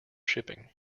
shipping